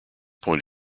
point